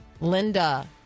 Linda